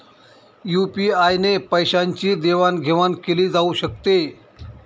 UPI ने पैशांची देवाणघेवाण केली जाऊ शकते